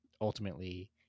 ultimately